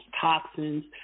toxins